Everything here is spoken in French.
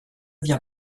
viens